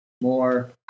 more